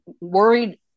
worried